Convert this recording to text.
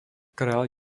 kraj